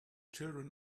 children